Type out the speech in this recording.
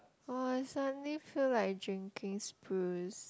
oh I suddenly feel like drinking Spruce